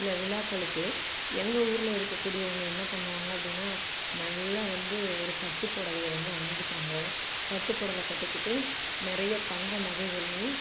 சில விழாக்களுக்கு எங்கள் ஊரில் இருக்கக்கூடியவங்க என்ன பண்ணுவாங்க அப்படினா நல்லா வந்து ஒரு பட்டுப் புடவைய வந்து அணிஞ்சிப்பாங்க பட்டுப் புடவ கட்டிக்கிட்டு நிறைய தங்க நகைகளையும்